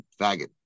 faggot